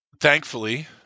thankfully